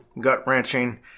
gut-wrenching